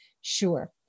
Sure